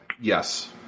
Yes